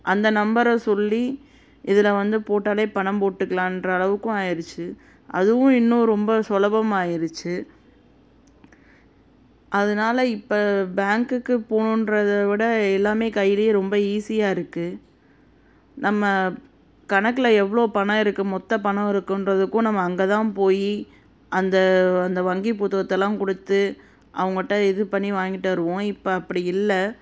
அந்த நம்பரை சொல்லி இதில் வந்து போட்டாலே பணம் போட்டுக்கலான்ற அளவுக்கும் ஆயிடுச்சு அதுவும் இன்னும் ரொம்ப சுலபம் ஆயிடுச்சு அதனால இப்போ பேங்க்குக்கு போணுன்றதை விட எல்லாமே கையிலையே ரொம்ப ஈஸியாக இருக்குது நம்ம கணக்கில் எவ்வளோ பணம் இருக்குது மொத்த பணம் இருக்குன்றதுக்கும் நம்ம அங்கே தான் போய் அந்த அந்த வங்கி புத்தகத்தெல்லாம் கொடுத்து அவங்கட்ட இது பண்ணி வாங்கிட்டு வருவோம் இப்போ அப்படி இல்லை